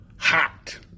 Hot